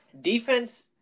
defense